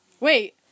Wait